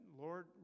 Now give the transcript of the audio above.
Lord